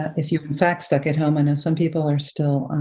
if you've, in fact, stuck at home. i know some people are still